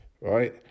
right